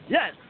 Yes